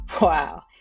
wow